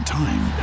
time